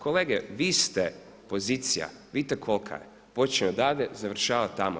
Kolege vi ste pozicija, vidite kolika je, počinje odavde i završava tamo.